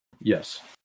Yes